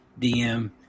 DM